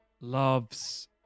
Loves